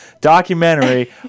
documentary